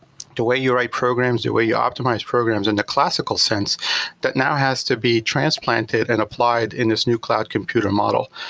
way you write programs, the way you optimize programs in the classical sense that now has to be transplanted and applied in this new cloud computer model.